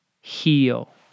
heal